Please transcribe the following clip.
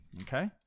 Okay